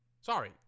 sorry